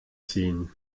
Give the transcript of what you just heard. ziehen